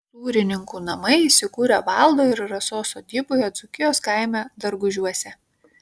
sūrininkų namai įsikūrę valdo ir rasos sodyboje dzūkijos kaime dargužiuose